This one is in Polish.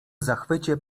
zachwycie